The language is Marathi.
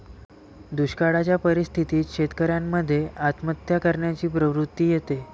दुष्काळयाच्या परिस्थितीत शेतकऱ्यान मध्ये आत्महत्या करण्याची प्रवृत्ति येते